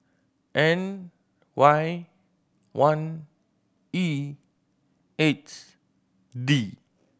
N Y one E eight D